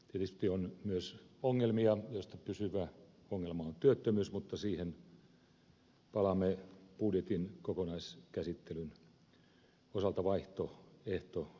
tietysti on nyt myös ongelmia joista pysyvä ongelma on työttömyys mutta siihen palaamme budjetin kokonaiskäsittelyn osalta vaihtoehtoesityksessämme